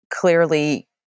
Clearly